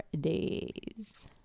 days